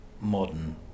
modern